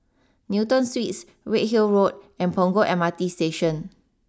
Newton Suites Redhill Road and Punggol M R T Station